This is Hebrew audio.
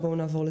נמשיך.